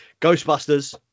Ghostbusters